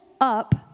up